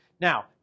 Now